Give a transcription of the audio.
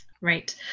right